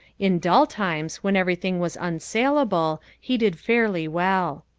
in dull times when everything was unsalable he did fairly well.